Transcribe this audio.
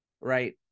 right